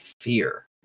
fear